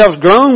grown